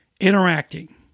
interacting